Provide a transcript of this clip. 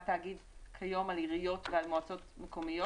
תאגיד כיום על עיריות ועל מועצות מקומיות.